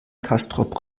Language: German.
castrop